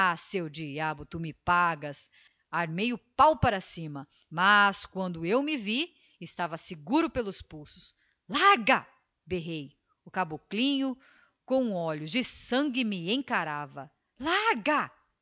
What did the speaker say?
seu diabo tu me pagas armei o páo para cima mas quando eu me vi estava seguro pelos pulsos larga berrei o caboclinho com oltios de sangue me encarava larga